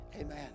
Amen